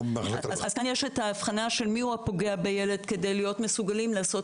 אז כאן יש את האבחנה של מיהו הפוגע בילד כדי להיות מסוגלים לעשות